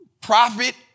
profit